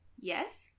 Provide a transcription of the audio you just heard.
Yes